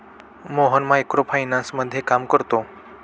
Mohan micro फायनान्समध्ये काम करतो